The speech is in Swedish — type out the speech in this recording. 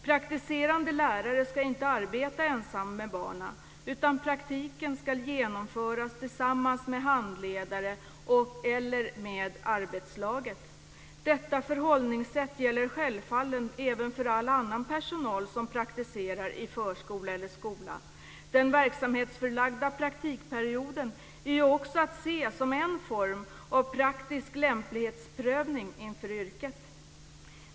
Praktiserande lärare ska inte arbeta ensamma med barnen, utan praktiken ska genomföras tillsammans med handledare eller med arbetslaget. Detta förhållningssätt gäller självfallet även för all annan personal som praktiserar i förskola eller skola. Den verksamhetsförlagda praktikperioden är ju också att se som en form av praktisk lämplighetsprövning inför yrket.